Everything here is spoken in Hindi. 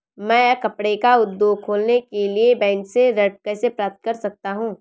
मैं कपड़े का उद्योग खोलने के लिए बैंक से ऋण कैसे प्राप्त कर सकता हूँ?